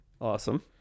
Awesome